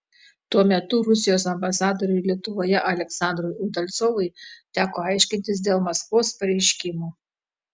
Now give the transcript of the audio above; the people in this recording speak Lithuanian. tuo metu rusijos ambasadoriui lietuvoje aleksandrui udalcovui teko aiškintis dėl maskvos pareiškimų